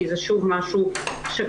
כי זה שוב משהו "שקוף"